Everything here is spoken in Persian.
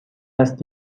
است